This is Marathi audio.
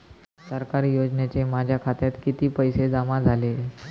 सरकारी योजनेचे माझ्या खात्यात किती पैसे जमा झाले?